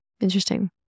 Interesting